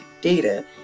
data